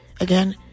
again